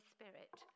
Spirit